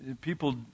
people